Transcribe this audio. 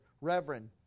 reverend